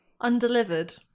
Undelivered